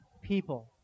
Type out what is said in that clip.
people